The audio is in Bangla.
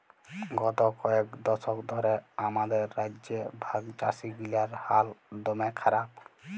গত কয়েক দশক ধ্যরে আমাদের রাজ্যে ভাগচাষীগিলার হাল দম্যে খারাপ